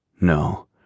No